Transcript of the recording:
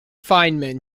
feynman